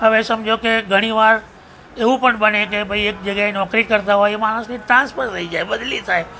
હવે સમજો કે ઘણી વાર એવું પણ બને કે ભાઈ એક જગ્યાએ નોકરી કરતા હોય એ માણસનું ટ્રાન્સફર થઈ જાય બદલી થાય